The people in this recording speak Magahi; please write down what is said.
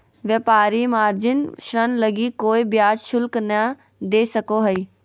व्यापारी मार्जिन ऋण लगी कोय ब्याज शुल्क नय दे सको हइ